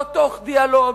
לא תוך דיאלוג,